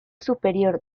superior